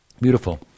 beautiful